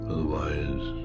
Otherwise